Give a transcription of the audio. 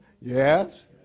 Yes